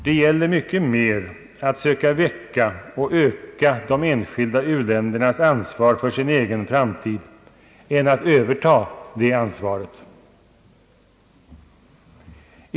Det gäller mycket mer att söka väcka och öka de enskilda u-ländernas ansvar för sin egen framtid än att överta det ansvaret.